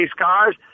cars